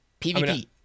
PvP